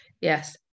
yes